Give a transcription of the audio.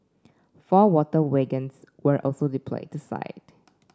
four water wagons were also deployed to site